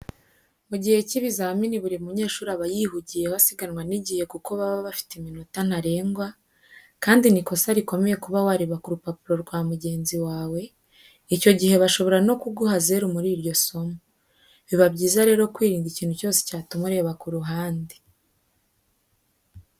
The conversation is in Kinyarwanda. Mu gihe cy'ibizamini buri mu nyeshuri aba yihugiyeho asiganwa n'igihe kuko baba bafite iminota ntarengwa, kandi ni n'ikosa rikomeye kuba wareba ku rupapuro rwa mugenzi wawe, icyo gihe bashobora no ku guha zeru muri iryo somo. Biba byiza rero kwirinda ikintu cyose cyatuma ureba ku ruhande.